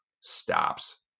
stops